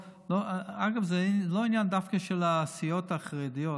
אגב, זה לא עניין דווקא של הסיעות החרדיות,